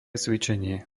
cvičenie